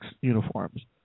uniforms